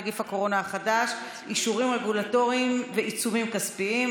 נגיף הקורונה החדש) (אישורים רגולטוריים ועיצומים כספיים),